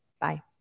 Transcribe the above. Bye